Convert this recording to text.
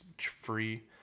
free